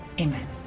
amen